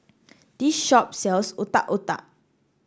this shop sells Otak Otak